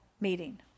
meeting